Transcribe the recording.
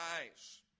eyes